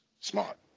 Smart